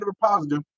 positive